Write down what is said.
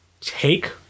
take